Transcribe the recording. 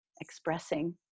expressing